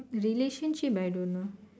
relationship I don't know